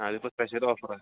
അതിപ്പോൾ സ്പെഷ്യൽ ഓഫറാണ്